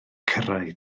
cyrraedd